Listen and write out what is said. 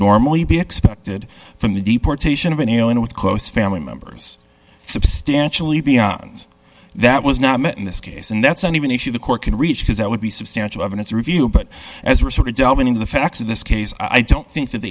normally be expected from the deportation of anyone with close family members substantially beyond that was not met in this case and that's an even if you the court can reach his that would be substantial evidence review but as we're sort of delving into the facts of this case i don't think that the